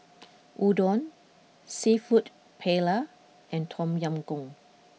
Udon Seafood Paella and Tom Yam Goong